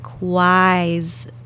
wise